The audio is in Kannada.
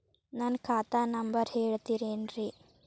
ನನ್ನ ಖಾತಾ ನಂಬರ್ ಹೇಳ್ತಿರೇನ್ರಿ?